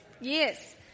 Yes